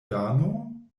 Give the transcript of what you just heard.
dano